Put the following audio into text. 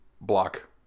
block